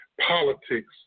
politics